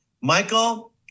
Michael